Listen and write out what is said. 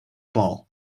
ball